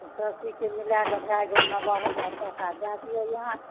सब चीजकेँ मिलाकेँ भए गेल नब्बे हजार टका भेल दए दिऔ अहाँ